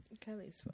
Kelly's